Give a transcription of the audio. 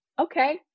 okay